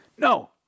No